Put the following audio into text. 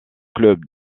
club